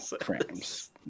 frames